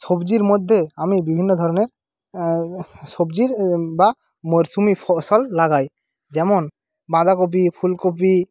সবজির মধ্যে আমি বিভিন্ন ধরণের সবজির বা মোরসুমি ফসল লাগাই যেমন বাঁধাকপি ফুলকপি